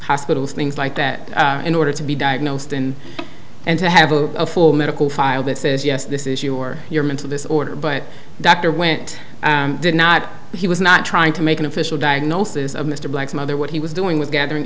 hospitals things like that in order to be diagnosed and and to have a full medical file that says yes this is you or your mental disorder but dr went did not he was not trying to make an official diagnosis of mr black's mother what he was doing was gathering